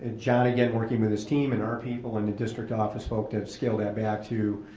ah john again working with his team and our people in the district office vote to have scaled that back to